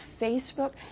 facebook